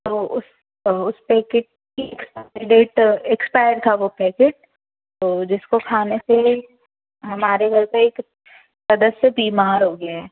तो उस उस पैकेट की एक्सपायरी डेट एक्सपायर था वो पैकेट तो जिसको खाने से हमारे घर पर एक सदस्य बीमार हो गया है